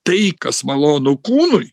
tai kas malonu kūnui